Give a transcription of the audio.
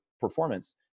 performance